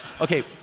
Okay